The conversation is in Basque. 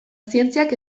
zientziak